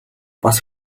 бас